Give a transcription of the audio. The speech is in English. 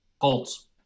Colts